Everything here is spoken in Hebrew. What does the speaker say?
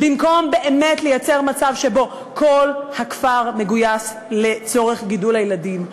במקום באמת לייצר מצב שבו כל הכפר מגויס לצורך גידול הילדים,